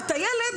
את הילד,